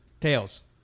Tails